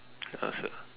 ya sia